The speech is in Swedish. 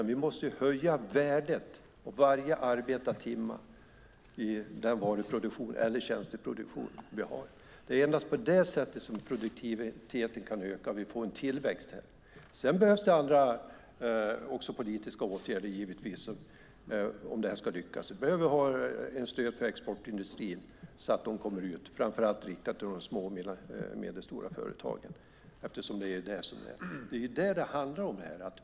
Vi måste höja värdet på varje arbetad timme i den varu eller tjänsteproduktion vi har. Det är endast på det sättet som produktiviteten kan öka och vi får en tillväxt. Sedan behövs det andra, också politiska, åtgärder givetvis om det här ska lyckas. Vi behöver ha stöd för exportindustrin så att den kommer ut, framför allt riktat till de små och medelstora företagen. Det är ju det som det handlar om.